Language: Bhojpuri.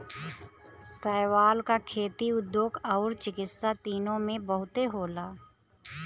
शैवाल क खेती, उद्योग आउर चिकित्सा तीनों में बहुते होला